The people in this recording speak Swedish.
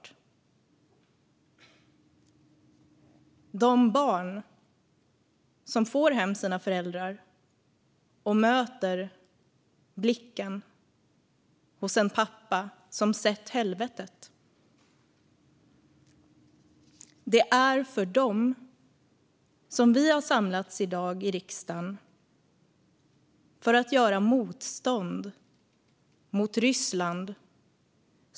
Det handlar om de barn som får hem sina föräldrar och möter blicken från en pappa som har sett helvetet. Det är för dem som vi har samlats i dag i riksdagen för att göra motstånd mot Ryssland.